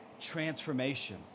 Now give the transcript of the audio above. transformation